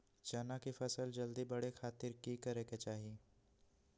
चना की फसल जल्दी बड़े खातिर की करे के चाही?